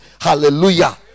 hallelujah